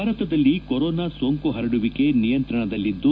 ಭಾರತದಲ್ಲಿ ಕೊರೊನಾ ಸೋಂಕು ಪರಡುವಿಕೆ ನಿಯಂತ್ರಣದಲ್ಲಿದ್ದು